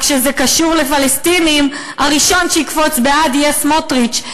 רק שכשזה קשור לפלסטינים הראשון שיקפוץ בעד יהיה סמוטריץ,